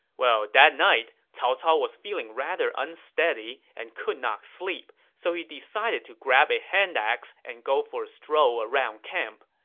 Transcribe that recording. that night, cao cao was feeling rather unsteady and could not sleep. so he decided to grab a hand axe and go for a stroll around camp.